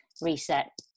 reset